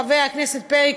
חבר הכנסת פרי,